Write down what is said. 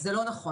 זה לא נכון.